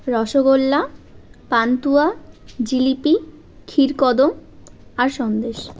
রসগোল্লা পান্তুয়া জিলিপি ক্ষীরকদম আর সন্দেশ